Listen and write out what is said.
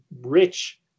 rich